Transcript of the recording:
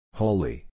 holy